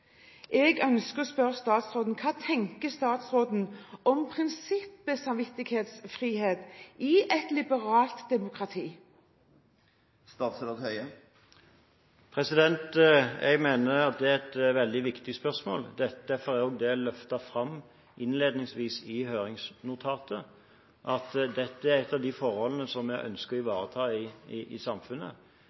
Jeg ønsker å spørre statsråden: Hva tenker statsråden om prinsippet om samvittighetsfrihet i et liberalt demokrati? Jeg mener det er et veldig viktig spørsmål. Derfor er det også løftet fram innledningsvis i høringsnotatet at dette er et av de forholdene som vi ønsker å ivareta i samfunnet. I dag har vi en reservasjonsrett i